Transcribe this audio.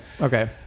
okay